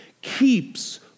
keeps